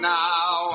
now